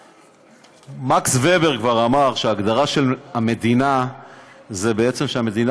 מקס ובר כבר אמר שההגדרה של מדינה היא שהמדינה,